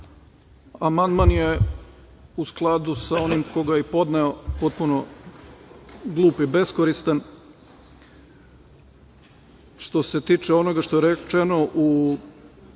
Amandman je u skladu sa onim ko ga je i podneo potpuno glup i beskoristan. Što se tiče onoga što je rečeno u